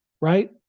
right